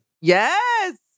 Yes